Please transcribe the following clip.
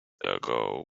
ago